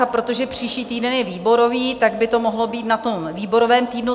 A protože příští týden je výborový, tak by to mohlo být na tom výborovém týdnu.